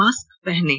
mask पहनें